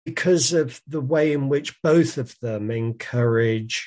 בגלל הדרך ששניהם מעודדים ...